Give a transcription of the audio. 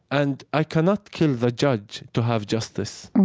and i cannot kill the judge to have justice.